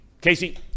Casey